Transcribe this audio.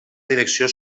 direcció